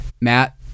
Matt